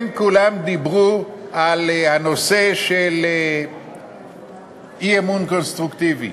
הם כולם דיברו על הנושא של אי-אמון קונסטרוקטיבי.